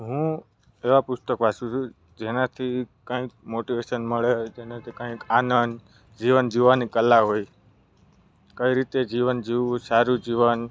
હું એવા પુસ્તક વાંચુ છું જેનાથી કંઇક મોટીવેશન મળે જેનાથી કંઇક આનંદ જીવન જીવવાની કલા હોય કઈ રીતે જીવન જીવવું સારું જીવન